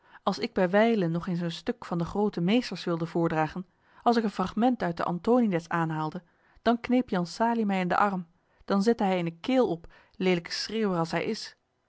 als ik bij wijle nog eens een stuk van de groote meesters wilde voordragen als ik een fragment uit antonides aanhaalde dan kneep jan salie mij in den arm dan zette hij eene keel op leelijke schreeuwer als hij is